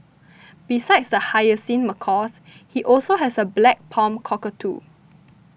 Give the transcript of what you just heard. besides the hyacinth macaws he also has a black palm cockatoo